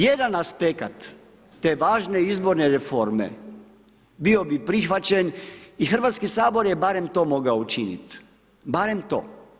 Jedan aspekat te važne izborne reforme bio bi prihvaćen i Hrvatski sabor je barem to mogao učiniti, barem to.